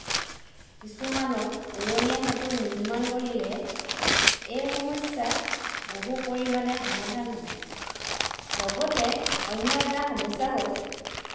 কিছুমানত উৰনীয়া হেতু নিৰ্মাণ কৰিলে এই সমস্যা বহু পৰিমাণে সমাধান হ'ব লগতে অন্য এটা সমস্যা হ'ল